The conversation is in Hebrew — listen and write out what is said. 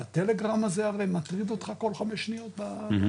הטלגרם הזה הרי מטריף אותך כל חמש שניות בזה,